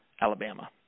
Alabama